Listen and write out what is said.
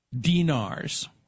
dinars